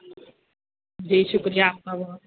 جی شکریہ آپ کا بہت